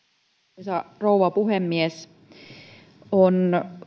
arvoisa rouva puhemies on